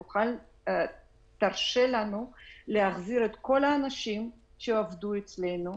שתאפשר לנו להחזיר את כל האנשים שעבדו אצלנו,